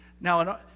Now